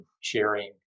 sharing